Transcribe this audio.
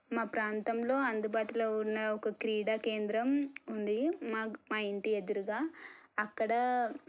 మా ప్రాంతంలో అందుబాటులో ఉన్న ఒక క్రీడా కేంద్రం ఉంది మా గ ఇంటి ఎదురుగా అక్కడ